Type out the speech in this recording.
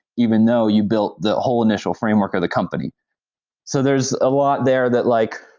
even though you built the whole initial framework of the company so there is a lot there that like,